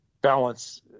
balance